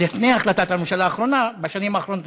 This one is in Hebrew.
לפני החלטת הממשלה האחרונה, בשנים האחרונות.